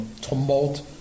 tumult